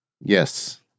Yes